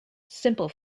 simple